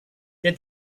did